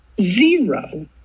zero